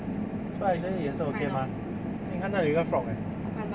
so actually 也是 mah 你看那里有一个 frog eh